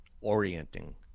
orienting